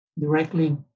directly